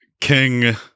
King